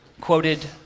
quoted